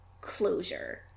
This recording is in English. closure